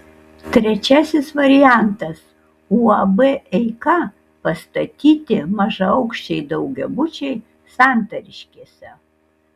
trečiasis variantas uab eika pastatyti mažaaukščiai daugiabučiai santariškėse